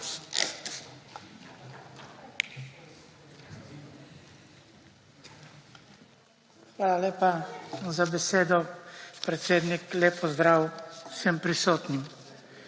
Hvala lepa za besedo, predsednik. Lep pozdrav vsem prisotnim!